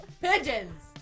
Pigeons